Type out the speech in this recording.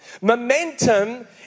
Momentum